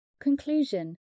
Conclusion